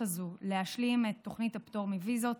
הזאת להשלים את תוכנית הפטור מוויזות,